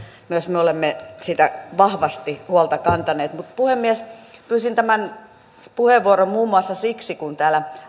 myös me olemme siitä vahvasti huolta kantaneet mutta puhemies pyysin tämän puheenvuoron muun muassa siksi että täällä